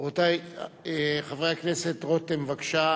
רבותי, חבר הכנסת רותם, בבקשה.